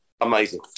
amazing